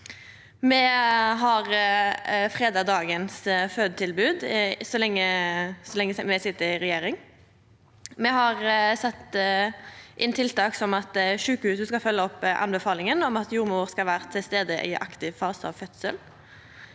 Me har freda dagens fødetilbod så lenge som me sit i regjering. Me har sett inn tiltak som at sjukehus skal følgja opp anbefalinga om at jordmor skal vera til stades i aktiv fase av fødselen.